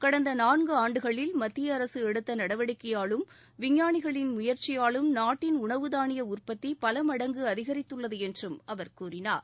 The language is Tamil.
கடந்த நான்கு ஆண்டுகளில் மத்திய அரசு எடுத்த நடவடிக்கையாலும் விஞ்ஞானிகளின் முயற்சியாலும் நாட்டின் உனவு தாளிய உற்பத்தி பலமடங்கு அதிகரித்துள்ளது என்றும் அவர் கூறினார்